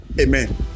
Amen